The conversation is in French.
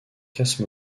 casse